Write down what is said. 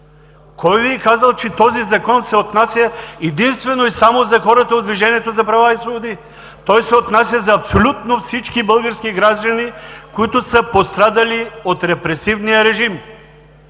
Кой Ви е казал, че този Закон се отнася единствено и само за хората от Движението за права и свободи? Той се отнася за абсолютно всички български граждани, които са пострадали от репресивния режим.